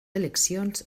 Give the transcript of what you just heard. eleccions